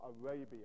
Arabia